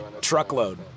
truckload